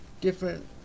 different